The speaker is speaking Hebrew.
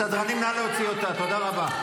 סדרנים, נא להוציא אותה, תודה רבה.